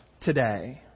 today